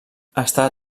està